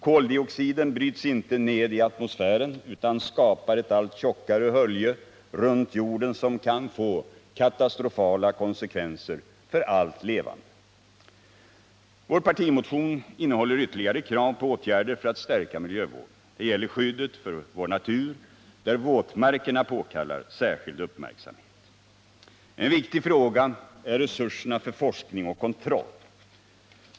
Koldioxiden bryts inte ned i atmosfären utan skapar ett allt tjockare hölje runt jorden som kan få katastrofala konsekvenser för allt levande. Vår partimotion innehåller ytterligare krav på åtgärder för att stärka miljövården. De gäller skyddet för vår natur, där våtmarkerna påkallar särskild uppmärksamhet. En viktig fråga är resurserna för forskning och kontroll.